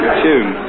tune